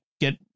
get